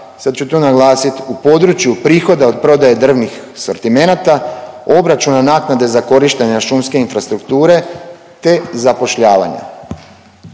sad ću tu naglasiti u području prihoda od prodaje drvnih asortimenata, obračuna naknade za korištenje šumske infrastrukture, te zapošljavanja.